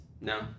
no